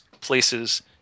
places